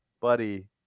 buddy